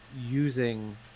using